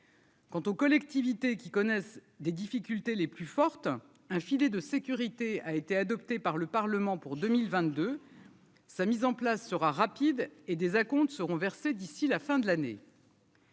Quant aux collectivités, qui connaissent des difficultés, les plus fortes, un filet de sécurité a été adopté par le Parlement pour 2022, sa mise en place sera rapide et des acomptes seront versés d'ici la fin de l'année.